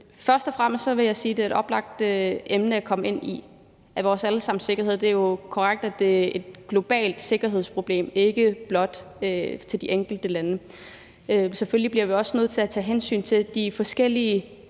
har. Dernæst vil jeg sige, at det er et oplagt emne at komme ind på, nemlig vores alle sammens sikkerhed. Det er korrekt, at det er et globalt sikkerhedsproblem, og det er ikke blot noget, der vedrører de enkelte lande. Selvfølgelig bliver vi også nødt til at tage hensyn til de forskellige